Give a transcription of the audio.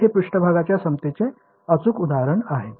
तर हे पृष्ठभागाच्या समतेचे अचूक उदाहरण आहे